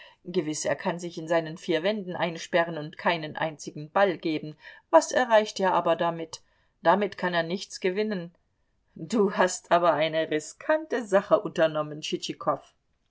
gewiß er kann sich in seinen vier wänden einsperren und keinen einzigen ball geben was erreicht er aber damit damit kann er nichts gewinnen du hast aber eine riskante sache unternommen